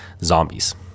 zombies